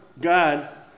God